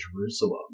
Jerusalem